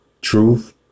truth